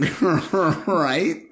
Right